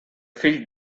fill